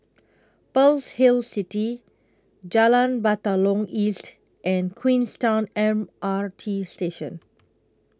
Pearl's Hill City Jalan Batalong East and Queenstown M R T Station